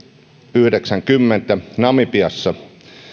yhdeksänkymmentä namibiassa